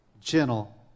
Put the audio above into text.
gentle